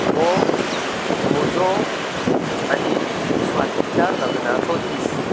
हो म्हजो आनी स्वातिच्या लग्नाचो दीस